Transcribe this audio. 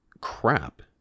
crap